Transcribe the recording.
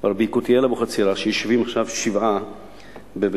ורבי יקותיאל אבוחצירא, שיושבים עכשיו שבעה בביתו.